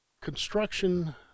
construction